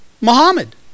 Muhammad